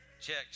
Check